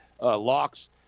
locks